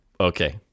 okay